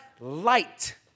light